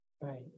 Right